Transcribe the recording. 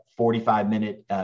45-minute